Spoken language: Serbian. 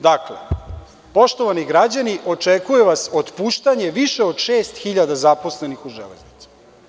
Dakle, poštovani građani, očekuje vas otpuštanje više od šest hiljada zaposlenih u „Železnici“